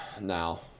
now